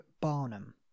Barnum